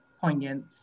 poignant